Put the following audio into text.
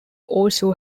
also